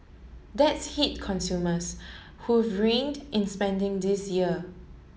that's hit consumers who reined in spending this year